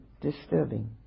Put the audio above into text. disturbing